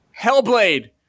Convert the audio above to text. Hellblade